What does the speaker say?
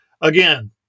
Again